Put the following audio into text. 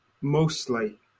mostly